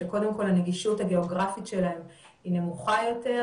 שקודם כל הנגישות הגיאוגרפית שלהם היא נמוכה יותר,